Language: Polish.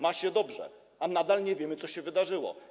Ma się dobrze, a nadal nie wiemy, co się wydarzyło.